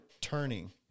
turning